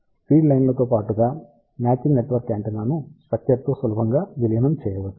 feed లైన్లతో పాటుగా matching నెట్వర్క్ను యాంటెన్నా స్ట్రక్చర్తో సులభంగా విలీనం చేయవచ్చు